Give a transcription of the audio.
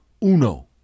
uno